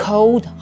Cold